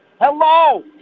Hello